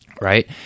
Right